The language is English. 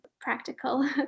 practical